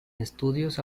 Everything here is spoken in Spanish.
estudios